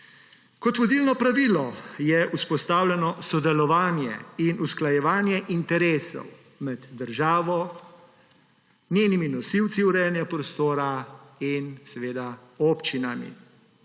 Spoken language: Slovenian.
Kot vodilno pravilo je vzpostavljeno sodelovanje in usklajevanje interesov med državo, njenimi nosilci urejanja prostora in občinami.